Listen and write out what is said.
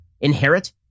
inherit